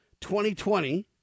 2020